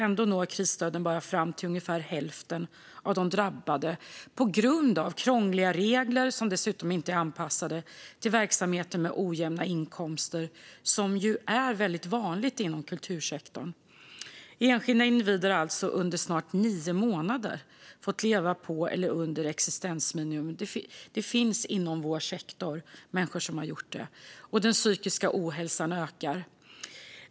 Ändå når krisstöden bara fram till ungefär av hälften av de drabbade på grund av krångliga regler som dessutom inte är anpassade till verksamheter med ojämna inkomster, som ju är väldigt vanligt inom kultursektorn. Det finns enskilda individer inom kultursektorn som under snart nio månader fått leva på eller under existensminimum. Och den psykiska ohälsan ökar.